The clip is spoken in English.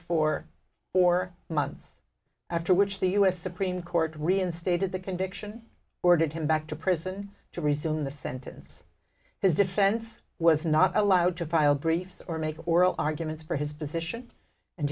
for four months after which the u s supreme court reinstated the conviction ordered him back to prison to resume the sentence his defense was not allowed to file briefs or make oral arguments for his position and